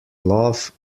love